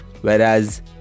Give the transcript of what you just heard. whereas